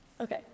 Okay